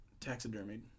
taxidermied